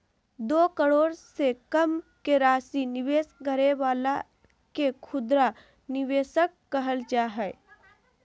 दो करोड़ से कम के राशि निवेश करे वाला के खुदरा निवेशक कहल जा हइ